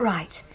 Right